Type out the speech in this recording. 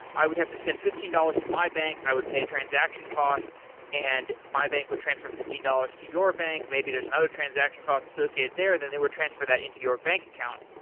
i would have to send fifteen dollars to my bank. i would pay a transaction cost and my bank would transfer fifteen dollars to your bank, maybe there's another transaction cost associated there, then they would transfer that to your bank account.